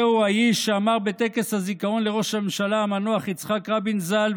זהו האיש שאמר בטקס הזיכרון לראש הממשלה המנוח יצחק רבין ז"ל,